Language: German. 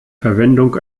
verwendung